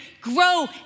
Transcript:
grow